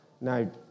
Now